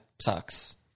sucks